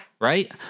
Right